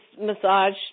massage